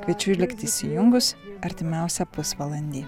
kviečiu likti įsijungus artimiausią pusvalandį